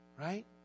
right